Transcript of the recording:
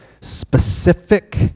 specific